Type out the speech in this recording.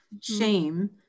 shame